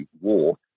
war